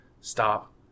stop